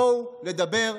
בואו נדבר,